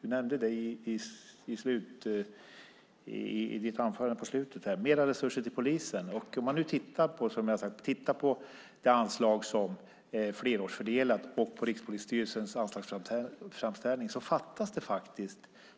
Han nämnde det i slutet av sitt anförande. Om man tittar på anslaget, som är flerårsfördelat, och på Rikspolisstyrelsens anslagsframställan ser man att det fattas